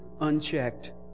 unchecked